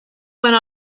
went